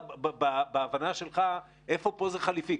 בהבנה שלך, איפה פה זה חליפי?